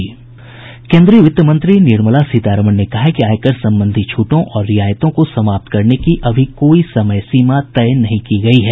केन्द्रीय वित्त मंत्री निर्मला सीतारमन ने कहा है कि आयकर संबंधी छूटों और रियायतों को समाप्त करने की अभी कोई समय सीमा तय नहीं की गयी है